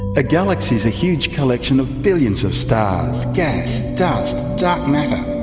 a galaxy is a huge collection of billions of stars, gas, dust, dark matter,